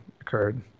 occurred